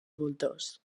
voltors